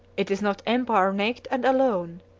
it is not empire, naked and alone,